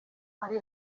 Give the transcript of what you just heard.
bari